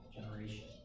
generation